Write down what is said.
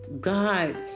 God